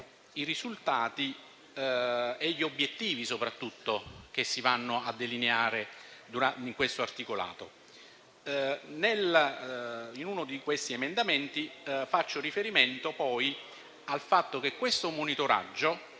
i risultati e soprattutto gli obiettivi che si vanno a delineare in questo articolato. In uno di questi emendamenti faccio riferimento al fatto che questo monitoraggio